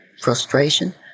frustration